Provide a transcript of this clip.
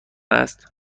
است